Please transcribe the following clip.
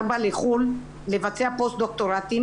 ארבע לחו"ל לבצע פוסט-דוקטורטים